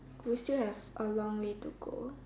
we still have a long way to go